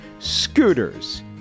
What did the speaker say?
Scooters